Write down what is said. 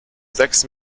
sechs